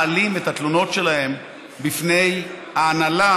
מעלים את התלונות שלהם בפני ההנהלה,